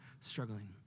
struggling